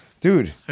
Dude